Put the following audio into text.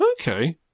Okay